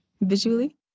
visually